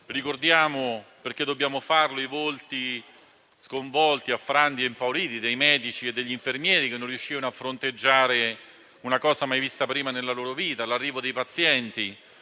Ricordiamo, perché dobbiamo farlo, i volti sconvolti, affranti e impauriti dei medici e degli infermieri, che non riuscivano a fronteggiare una cosa mai vista prima nella loro vita all'arrivo dei pazienti.